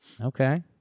Okay